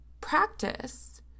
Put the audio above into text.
practice